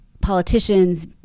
politicians